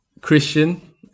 Christian